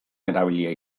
erabilia